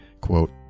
quote